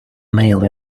meal